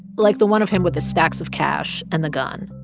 like the one of him with the stacks of cash and the gun.